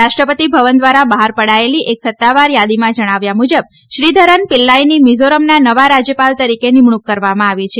રાષ્ટ્રપતિ ભવન દ્વાર બહાર પડાચેલી એક સત્તાવાર યાદીમાં જણાવ્યા મુજબ શ્રીધરન પિલ્લાઈની મિઝોરમના નવા રાજ્યપાલ તરીકે નિમણૂંક કરવામાં આવી છે